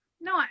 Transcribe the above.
No